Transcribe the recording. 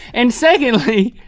and secondly,